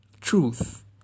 truth